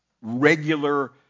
regular